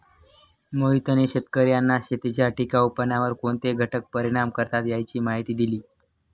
मोहितने शेतकर्यांना शेतीच्या टिकाऊपणावर कोणते घटक परिणाम करतात याची माहिती दिली